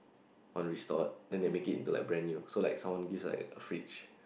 want restored then they make it into like brand new so like someone gives like a fridge